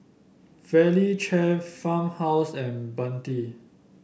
Valley Chef Farmhouse and Bentley